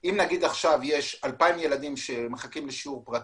אם יש עכשיו 2,000 ילדים שמחכים לשיעור פרטי,